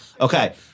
Okay